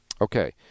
Okay